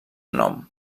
nom